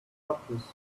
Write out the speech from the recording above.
puppies